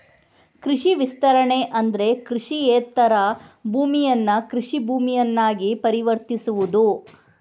ಕೃಷಿ ವಿಸ್ತರಣೆ ಅಂದ್ರೆ ಕೃಷಿಯೇತರ ಭೂಮಿಯನ್ನ ಕೃಷಿ ಭೂಮಿಯನ್ನಾಗಿ ಪರಿವರ್ತಿಸುವುದು